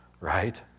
Right